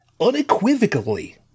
unequivocally